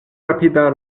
rapida